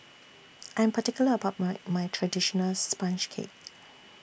I'm particular about My My Traditional Sponge Cake